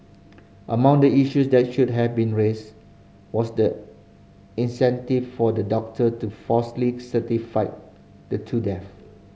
among the issues that should have been raised was the incentive for the doctor to falsely certify the two deaths